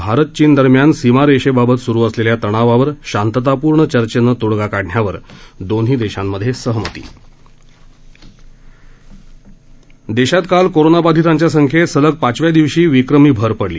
भारत चीन दरम्यान सीमारेषेबाबत सुरु असलेल्या तणावावर शांततापूर्ण चर्चेनं तोडगा काढण्यावर दोन्ही देशांमधे सहमती देशात काल कोरोनाबाधितांच्या संख्येत सलग पाचव्या दिवशी विक्रमी भर पडली